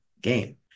game